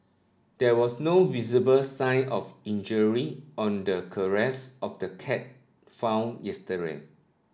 there was no visible sign of injury on the of the cat found yesterday